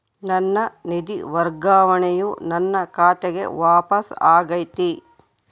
ನನ್ನ ನಿಧಿ ವರ್ಗಾವಣೆಯು ನನ್ನ ಖಾತೆಗೆ ವಾಪಸ್ ಆಗೈತಿ